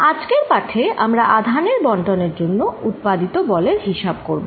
আজকের পাঠে আমরা আধানের বণ্টনের জন্য উৎপাদিত বল এর হিসাব করব